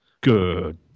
Good